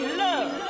love